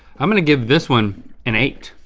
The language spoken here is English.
i'm gonna give this one an eight.